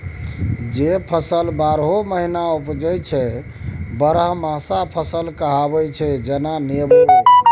जे फसल बारहो महीना उपजै छै बरहमासा फसल कहाबै छै जेना नेबो